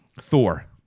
Thor